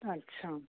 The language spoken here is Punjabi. ਅੱਛਾ